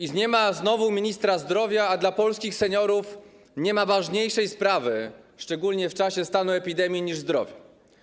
I nie ma znowu ministra zdrowia, a dla polskich seniorów nie ma ważniejszej sprawy, szczególnie w czasie stanu epidemii, niż zdrowie.